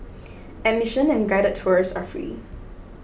admission and guided tours are free